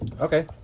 Okay